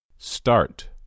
Start